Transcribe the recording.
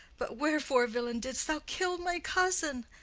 but wherefore, villain, didst thou kill my cousin?